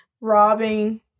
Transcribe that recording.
robbing